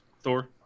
Thor